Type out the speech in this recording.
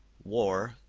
war,